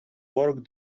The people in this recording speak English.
work